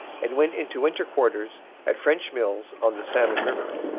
and went into winter quarters at french mills on the salmon river.